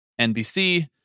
NBC